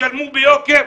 תשלמו ביוקר.